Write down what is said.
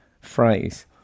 phrase